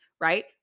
right